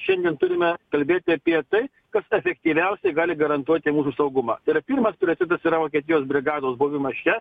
šiandien turime kalbėti apie tai kas efektyviausiai gali garantuoti mūsų saugumą tai yra primas presidas yra vokietijos brigados buvimas čia